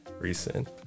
recent